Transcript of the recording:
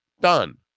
Done